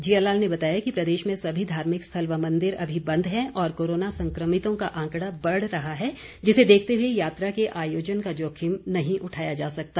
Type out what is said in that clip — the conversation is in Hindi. जिया लाल ने बताया कि प्रदेश में सभी धार्मिक स्थल व मंदिर अभी बंद है और कोरोना संक्रमितों का आंकड़ा बढ़ रहा है जिसे देखते हुए यात्रा के आयोजन का जोखिम नहीं उठाया जा सकता